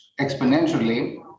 exponentially